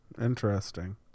Interesting